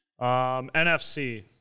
nfc